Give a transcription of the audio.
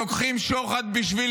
שלוקחים שוחד בשביל